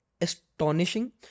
astonishing